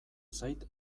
zait